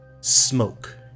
smoke